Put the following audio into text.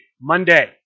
Monday